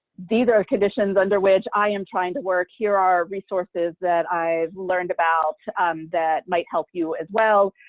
these are conditions under which i am trying to work. here are resources that i've learned about that might help you as well.